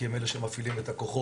כי הם אלה שמפעילים את הכוחות,